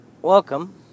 Welcome